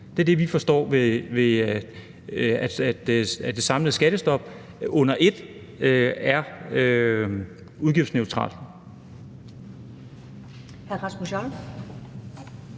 Det er det, vi forstår ved det. Det samlede skattestop under et er udgiftsneutralt.